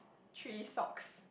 three socks